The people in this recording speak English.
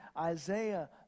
Isaiah